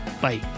Bye